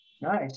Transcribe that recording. Nice